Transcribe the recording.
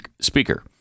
speaker